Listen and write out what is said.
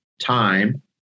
time